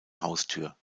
haustür